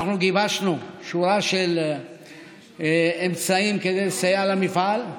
אנחנו גיבשנו שורה של אמצעים כדי לסייע למפעל.